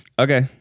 okay